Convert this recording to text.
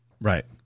Right